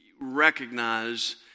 recognize